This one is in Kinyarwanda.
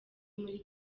muri